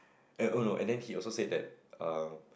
and oh no and then he also said that um